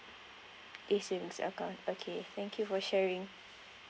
E savings account okay thank you for sharing